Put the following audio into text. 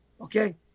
Okay